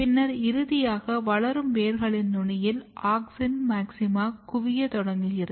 பின்னர் இறுதியில் வளரும் வேர்களின் நுனியில் ஆக்ஸின் மாக்ஸிமா குவிய தொடங்கியது